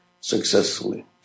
successfully